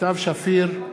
סתיו שפיר,